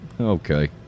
Okay